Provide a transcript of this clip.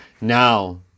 Now